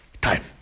time